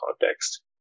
context